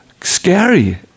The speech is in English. scary